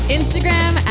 instagram